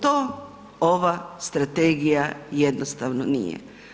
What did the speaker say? To ova strategija jednostavno nije.